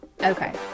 Okay